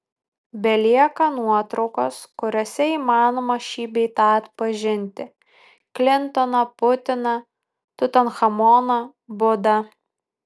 belieka nuotraukos kuriose įmanoma šį bei tą atpažinti klintoną putiną tutanchamoną budą